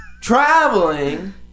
Traveling